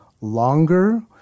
longer